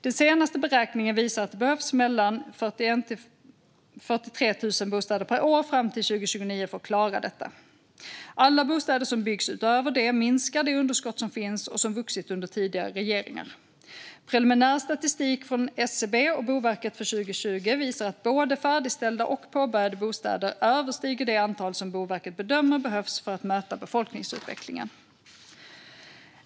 Den senaste beräkningen visar att det behövs 41 000-43 000 bostäder per år fram till och med 2029 för att klara detta. Alla bostäder som byggs utöver det minskar det underskott som finns och som vuxit under tidigare regeringar. Preliminär statistik från SCB och Boverket för 2020 visar att både färdigställda och påbörjade bostäder överstiger det antal som Boverket bedömer behövs för att möta befolkningsutvecklingen.